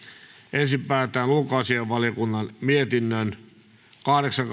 ensin päätetään ulkoasiainvaliokunnan mietinnön kahdeksan